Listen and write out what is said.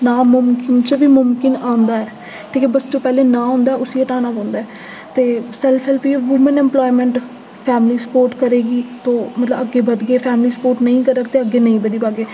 नामुमकिन च बी मुमकिन होंदा ऐ क्योंकि बस जो पैह्लें ना होंदा ऐ उसी हटाना पौंदा ऐ ते सैल्फ हैल्प होई वुमन इम्पलायमेंट फैमिली सपोर्ट करगी तो मतलब अग्गें बधगे ते फैमिली सपोर्ट नेईं करग ते अग्गें नेईं बधी पागे